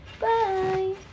Bye